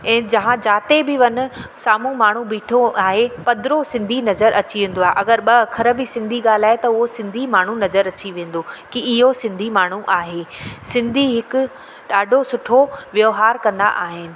ऐं जहां जिते बि वञु साम्हूं माण्हू ॿीठो आहे पधिरो सिंधी नज़र अची वेंदो आहे अॻरि ॿ अख़र बि सिंधी ॻाल्हाए त उहो सिंधी माण्हू नज़र अची वेंदो कि इहो सिंधी माण्हू आहे सिंधी हिकु ॾाढो सुठो व्यव्हार कंदा आहिनि